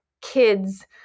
kids